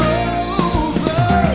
over